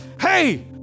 hey